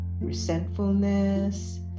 resentfulness